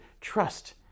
trust